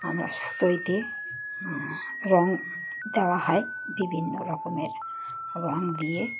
আমরা সুতোইতে রঙ দেওয়া হয় বিভিন্ন রকমের রঙ দিয়ে